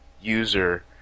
user